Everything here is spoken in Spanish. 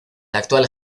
actual